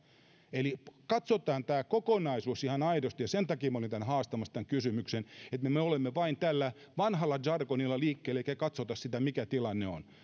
eli katsotaan tämä kokonaisuus ihan aidosti ja sen takia olin haastamassa tämän kysymyksen että me me olemme vain tällä vanhalla jargonilla liikkeellä emmekä katso mikä tilanne on varmaan